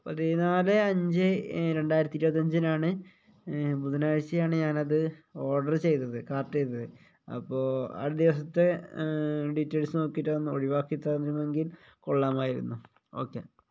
പതിനാല് അഞ്ച് രണ്ടായിരത്തി ഇരുപത്തിയഞ്ചിനാണ് ബുധനാഴ്ചയാണ് ഞാനത് ഓർഡര് ചെയ്തത് കാർട്ട് ചെയ്തത് അപ്പോള് ആ ദിവസത്തെ ഡീറ്റെയിൽസ് നോക്കിയിട്ട് അതൊന്ന് ഒഴിവാക്കിത്തന്നിരുന്നുവെങ്കിൽ കൊള്ളാമായിരുന്നു ഓക്കെ